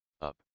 up